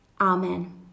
Amen